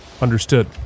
Understood